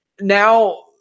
Now